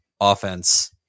offense